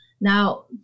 Now